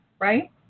Right